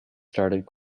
started